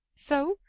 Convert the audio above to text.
so,